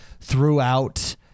throughout